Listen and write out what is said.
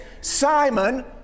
Simon